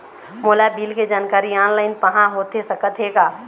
मोला बिल के जानकारी ऑनलाइन पाहां होथे सकत हे का?